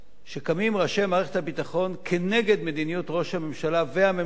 שקמים ראשי מערכת הביטחון כנגד מדיניות ראש הממשלה והממשלה,